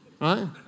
right